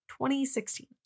2016